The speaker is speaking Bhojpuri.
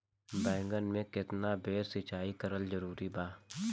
बैगन में केतना बेर सिचाई करल जरूरी बा?